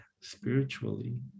spiritually